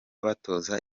batoza